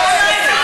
בכלל.